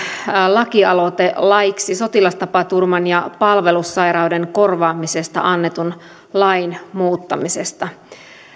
lakialoite laiksi sotilastapaturman ja palvelussairauden korvaamisesta annetun lain muuttamisesta